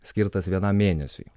skirtas vienam mėnesiui